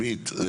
עמית.